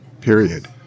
period